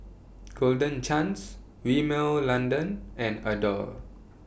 Golden Chance Rimmel London and Adore